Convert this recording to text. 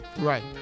Right